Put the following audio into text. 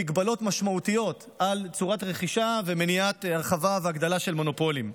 מגבלות משמעותיות על צורת רכישה ומניעת הרחבה והגדלה של מונופולים.